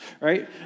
right